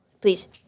Please